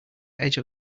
edge